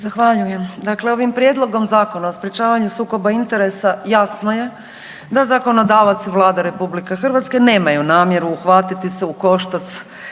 Zahvaljujem. Dakle ovim Prijedlogom Zakona o sprječavanju sukoba interesa jasno je da zakonodavac i Vlada RH nemaju namjeru uhvatiti se u koštac